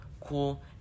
cool